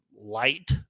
light